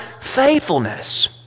faithfulness